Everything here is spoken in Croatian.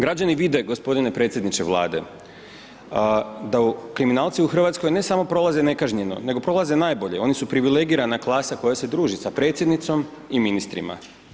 Građani vide g. predsjedniče Vlade da kriminalci u RH ne samo prolaze nekažnjeno, nego prolaze najbolje, oni su privilegirana klasa koja se druži sa predsjednicom i ministrima.